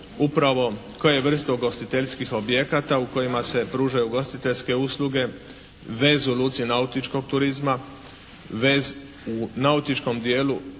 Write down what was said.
upravo koje vrste ugostiteljskih objekata u kojima se pružaju ugostiteljske usluge, vez u luci nautičkog turizma, vez u nautičkom dijelu